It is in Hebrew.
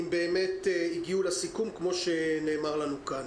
אם באמת הגיעו לסיכום כמו שנאמר לנו כאן.